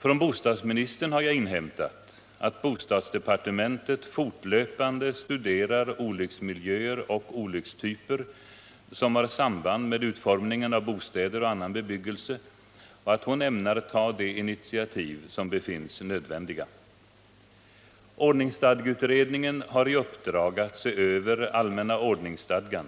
Från bostadsministern har jag inhämtat att bostadsdepartementet fortlöpande studerar olycksmiljöer och olyckstyper som har samband med utformningen av bostäder och annan bebyggelse och att hon ämnar ta de initiativ som befinns nödvändiga. Ordningsstadgeutredningen har i uppdrag att se över allmänna ordningsstadgan.